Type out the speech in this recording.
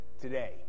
today